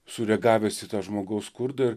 sureagavęs į tą žmogaus skurdą ir